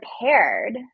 prepared